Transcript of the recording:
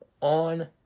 on